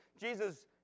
Jesus